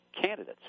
candidates